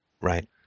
right